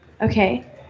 Okay